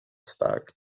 stark